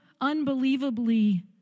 unbelievably